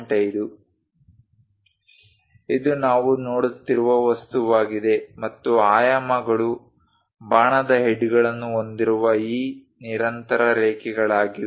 ಇದು ನಾವು ನೋಡುತ್ತಿರುವ ವಸ್ತುವಾಗಿದೆ ಮತ್ತು ಆಯಾಮಗಳು ಬಾಣದ ಹೆಡ್ಗಳನ್ನು ಹೊಂದಿರುವ ಈ ನಿರಂತರ ರೇಖೆಗಳಾಗಿವೆ